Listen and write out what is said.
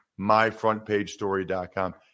myfrontpagestory.com